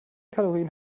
kalorien